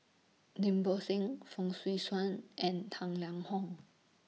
Lim Bo Seng Fong Swee Suan and Tang Liang Hong